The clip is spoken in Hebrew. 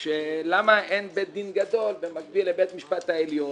למה אין בית דין גדול במקביל לבית המשפט העליון.